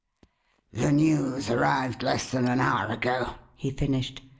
the news arrived less than an hour ago, he finished,